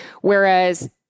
Whereas